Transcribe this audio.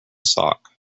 sock